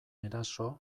eraso